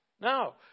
No